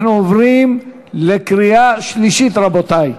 אנחנו עוברים לקריאה שלישית, רבותי.